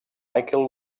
michael